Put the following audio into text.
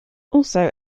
also